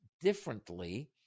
differently